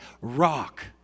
rock